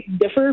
differ